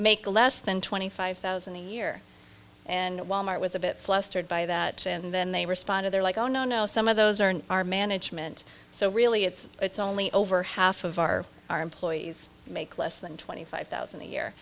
make less than twenty five thousand a year and wal mart was a bit flustered by that and then they responded they're like oh no no some of those are in our management so really it's it's only over half of our our employees make less than twenty five thousand a year